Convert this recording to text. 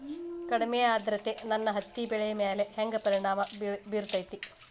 ಕಡಮಿ ಆದ್ರತೆ ನನ್ನ ಹತ್ತಿ ಬೆಳಿ ಮ್ಯಾಲ್ ಹೆಂಗ್ ಪರಿಣಾಮ ಬಿರತೇತಿ?